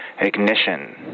ignition